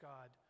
God